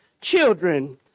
children